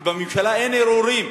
כי בממשלה אין ערעורים,